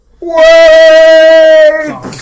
Wait